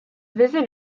visit